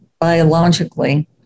biologically